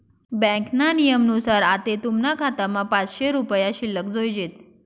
ब्यांकना नियमनुसार आते तुमना खातामा पाचशे रुपया शिल्लक जोयजेत